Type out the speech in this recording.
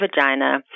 vagina